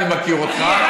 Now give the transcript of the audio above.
אני מכיר אותך.